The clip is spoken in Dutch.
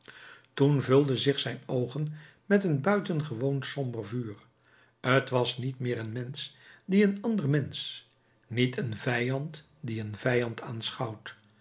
toen vulden zich zijn oogen met een buitengewoon somber vuur t was niet meer een mensch die een ander mensch niet een vijand die een vijand